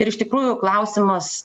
ir iš tikrųjų klausimas